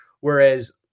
Whereas